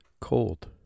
cold